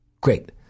Great